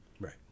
right